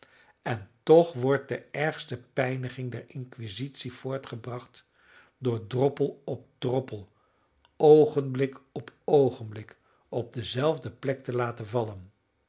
en toch wordt de ergste pijniging der inquisitie voortgebracht door droppel op droppel oogenblik op oogenblik op dezelfde plek te laten vallen